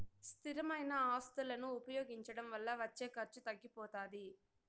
స్థిరమైన ఆస్తులను ఉపయోగించడం వల్ల వచ్చే ఖర్చు తగ్గిపోతాది